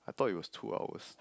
I thought it was two hours